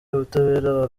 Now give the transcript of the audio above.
ubutabera